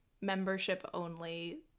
membership-only